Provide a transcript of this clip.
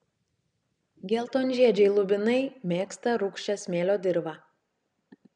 geltonžiedžiai lubinai mėgsta rūgščią smėlio dirvą